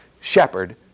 shepherd